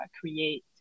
create